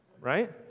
Right